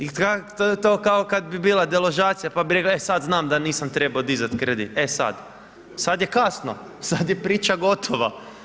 I to kao kad bi bila deložacija pa bi reko sad znam da nisam trebao dizat kredit, e sad, sad je kasno, sad je priča gotova.